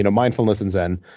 you know mindfulness and zen.